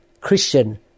Christian